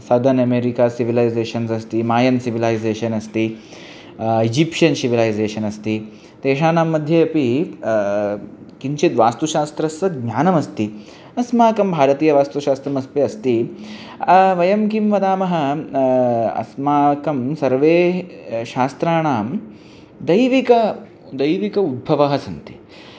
सदन् America civilizations अस्ति Mayan civilization अस्ति Egyptian civilization अस्ति तेषां मध्ये अपि किञ्चित् वास्तुशास्त्रस्य ज्ञानमस्ति अस्माकं भारतीयवास्तुशास्त्रमस्ति अस्ति वयं किं वदामः अस्माकं सर्वे शास्त्राणां दैविकं दैविक उद्भवः सन्ति